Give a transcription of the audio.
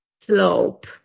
slope